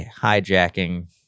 hijacking